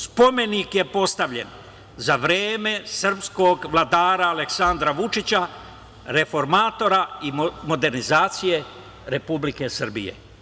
Spomenik je postavljen za vreme srpskog vladara Aleksandra Vučića, reformatora i modernizacije Republike Srbije.